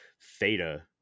theta